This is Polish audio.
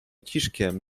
ciszkiem